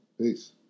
Peace